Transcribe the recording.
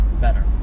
better